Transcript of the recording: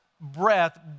breath